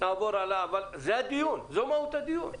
תעבור הלאה, אבל זה הדיון, זה מהות הדיון.